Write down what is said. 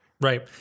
Right